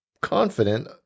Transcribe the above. confident